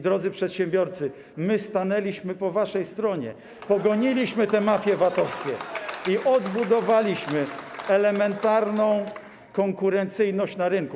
Drodzy przedsiębiorcy, my stanęliśmy po waszej stronie, pogoniliśmy te mafie VAT-owskie i odbudowaliśmy elementarną konkurencyjność na rynku.